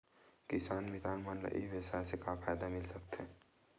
किसान मितान मन ला ई व्यवसाय से का फ़ायदा मिल सकथे?